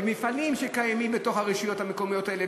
מפעלים שקיימים בתוך הרשויות המקומיות האלה,